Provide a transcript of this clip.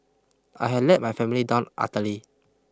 I had let my family down utterly